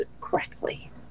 correctly